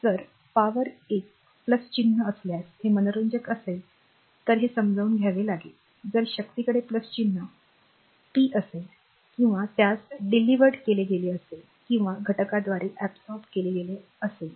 जर पी किंवा एक चिन्ह असल्यास हे मनोरंजक असेल तर हे समजून घ्यावे लागेल जर शक्तीकडे चिन्ह पी असेल किंवा त्यास deliveredवितरीत केले गेले असेल किंवा घटकाद्वारे absorbedशोषलेली केले असेल